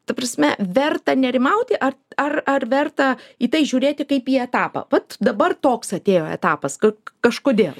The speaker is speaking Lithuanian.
ta prasme verta nerimauti ar ar ar verta į tai žiūrėti kaip į etapą vat dabar toks atėjo etapas kak kažkodėl